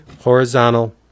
horizontal